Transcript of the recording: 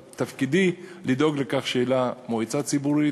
תפקידי, לדאוג לכך שתהיה לה מועצה ציבורית,